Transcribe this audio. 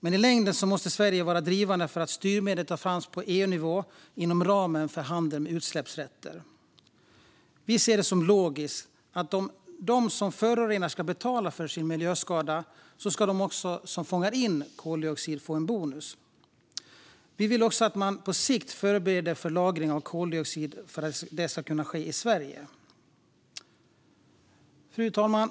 men i längden måste Sverige vara drivande för att styrmedel tas fram på EU-nivå inom ramen för handeln med utsläppsrätter. Vi ser det som logiskt att om de som förorenar ska betala för sin miljöskada ska också de som fångar in koldioxid få en bonus. Vi vill också att man på sikt förbereder för att lagring av koldioxid ska kunna ske i Sverige. Fru talman!